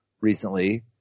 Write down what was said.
recently